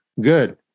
Good